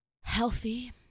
healthy